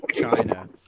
China